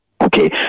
Okay